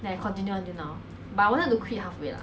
五年了